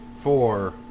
four